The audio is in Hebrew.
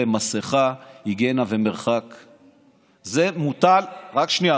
מסכה, היגיינה ומרחק, זה מוטל, רק שנייה.